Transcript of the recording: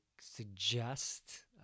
suggest